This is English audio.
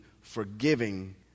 forgiving